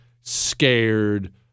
scared